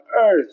earth